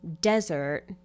desert